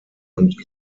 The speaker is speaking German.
und